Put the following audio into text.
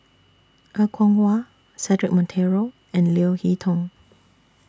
Er Kwong Wah Cedric Monteiro and Leo Hee Tong